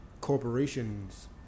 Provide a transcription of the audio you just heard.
corporations